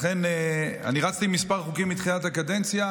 לכן אני רצתי עם כמה חוקים מתחילת הקדנציה.